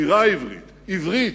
שירה עברית, עברית.